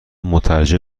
مترجم